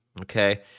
Okay